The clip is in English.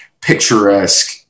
picturesque